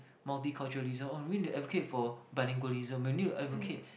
multi culturism oh we need to advocate for bilingualism we need to advocate